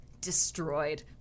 destroyed